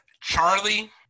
Charlie